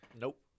Nope